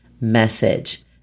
message